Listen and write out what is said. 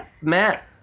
Matt